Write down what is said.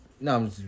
No